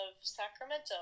Sacramento